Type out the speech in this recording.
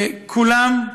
וכולם,